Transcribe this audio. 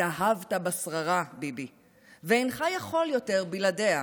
התאהבת בשררה, ביבי, ואינך יכול יותר בלעדיה.